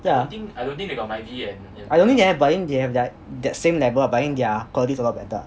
yeah I don't think they have but then they have like the same level but then their quality is a lot better ah